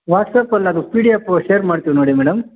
ವಾಟ್ಸಾಪಲ್ಲಿ ಅದು P D F share ಮಾಡ್ತೀವಿ ನೋಡಿ ಮೇಡಮ್